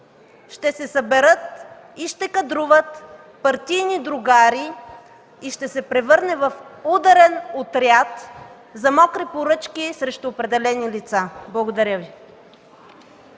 ще се съберат и ще кадруват партийни другари, и ще се превърне в ударен отряд за мокри поръчки срещу определени лица. Благодаря Ви.